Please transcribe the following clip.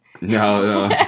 no